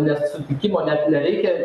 net sutikimo net nereikia